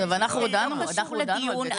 זה לא קשור לדיון.